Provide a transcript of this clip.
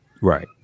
Right